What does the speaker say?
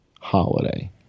holiday